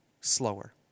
slower